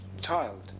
child